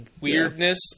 weirdness